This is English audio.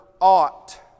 ought